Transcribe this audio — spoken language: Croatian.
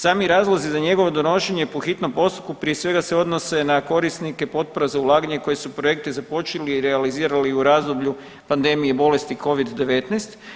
Sami razlozi za njegovo donošenje po hitnom postupku prije svega se odnose na korisnike potpora za ulaganje koje su projekte započeli i realizirali u razdoblju pandemije bolesti covid-19.